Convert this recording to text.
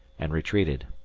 and retreated.